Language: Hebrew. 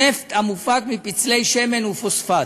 נפט המופק מפצלי שמן ופוספט.